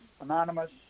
Anonymous